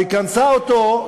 וקנסה אותו,